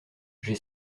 j’ai